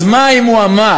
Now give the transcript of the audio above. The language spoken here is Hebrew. אז מה אם הוא אמר?